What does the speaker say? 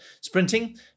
sprinting